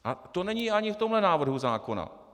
A to není ani v tomto návrhu zákona.